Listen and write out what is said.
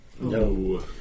No